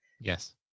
Yes